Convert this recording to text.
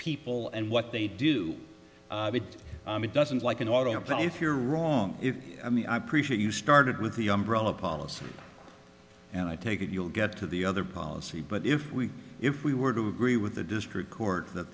people and what they do doesn't like an auto apply if you're wrong if i mean i appreciate you started with the umbrella policy and i take it you'll get to the other policy but if we if we were to agree with the district court that